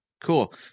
Cool